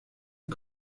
que